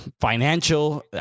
financial